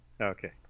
Okay